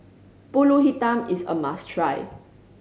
Pulut Hitam is a must try